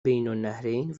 بینالنهرین